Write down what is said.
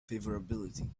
favorability